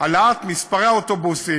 העלאת מספר האוטובוסים,